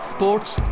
Sports